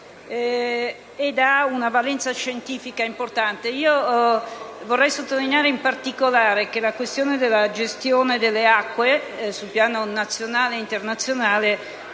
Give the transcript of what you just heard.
e ha una valenza scientifica rilevante. Vorrei sottolineare in particolare che la questione della gestione delle acque sul piano nazionale ed internazionale